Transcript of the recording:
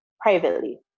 privately